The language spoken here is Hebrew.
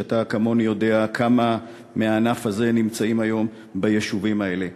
ואתה כמוני יודע כמה מהענף הזה נמצא היום ביישובים האלה.